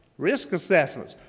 risk assessment.